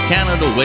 Canada